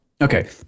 Okay